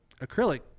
acrylic